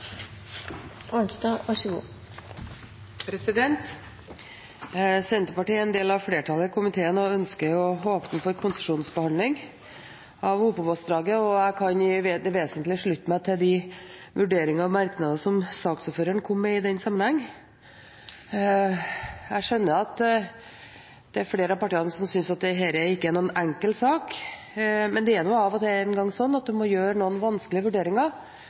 Senterpartiet er en del av flertallet i komiteen og ønsker og håper på en konsesjonsbehandling av Opovassdraget, og jeg kan i det vesentlige slutte meg til de vurderingene og merknadene som saksordføreren kom med i den sammenheng. Jeg skjønner at det er flere av partiene som synes at dette ikke er noen enkel sak. Men det er nå engang slik at en av og til må gjøre noen vanskelige vurderinger